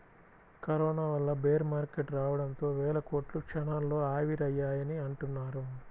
corona వల్ల bear market రావడంతో వేల కోట్లు క్షణాల్లో ఆవిరయ్యాయని అంటున్నారు